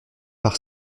par